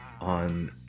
on